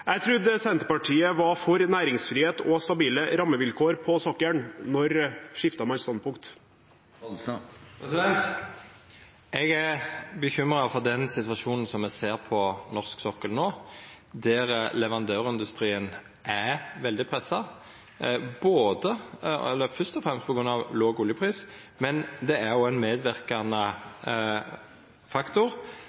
Jeg trodde Senterpartiet var for næringsfrihet og stabile rammevilkår på sokkelen. Når skiftet man standpunkt? Eg er bekymra for den situasjonen me ser på norsk sokkel no, der leverandørindustrien er veldig pressa, fyrst og fremst på grunn av låg oljepris, men det aktørforholdet som ein har på sokkelen og ved utbyggingar, er